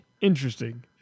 Interesting